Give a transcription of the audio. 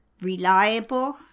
Reliable